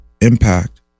impact